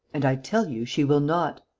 and i tell you she will not.